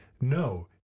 no